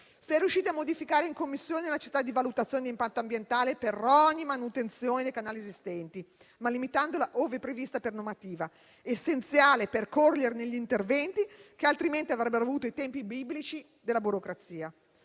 durante l'*iter* in Commissione, la valutazione d'impatto ambientale per ogni manutenzione dei canali esistenti, ma limitandola ove prevista per normativa, essenziale per accelerare gli interventi, che altrimenti avrebbero avuto i tempi biblici della burocrazia.